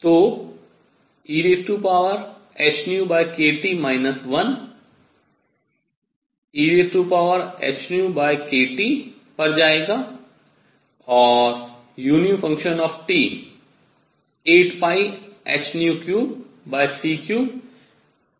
तो ehνkT 1 ehνkT पर जाएगा